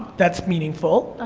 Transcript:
that's meaningful,